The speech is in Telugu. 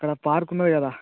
అక్కడ పార్క్ ఉన్నది కదా